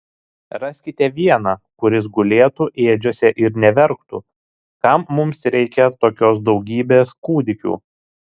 raskite vieną kuris gulėtų ėdžiose ir neverktų kam mums reikia tokios daugybės kūdikių